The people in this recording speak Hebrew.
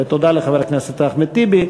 ותודה לחבר הכנסת אחמד טיבי.